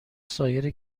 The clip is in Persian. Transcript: سایر